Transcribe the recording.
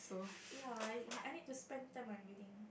ya I I need to spend time on reading